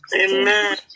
Amen